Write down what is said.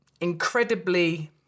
incredibly